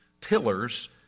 pillars